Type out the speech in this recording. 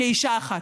כאישה אחת.